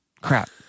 crap